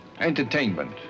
Entertainment